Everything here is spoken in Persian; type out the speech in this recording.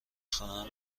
خواهم